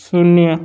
शून्य